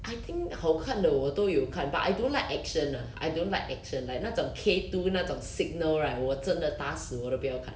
I think 好看的我都有看 but I don't like action ah I don't like action like 那种 K two 那种 signal right 我真的打死我都不要看